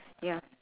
ya